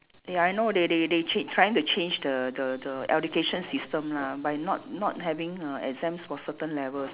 they I know they they they change trying to change the the the education system lah by not not having uh exams for certain levels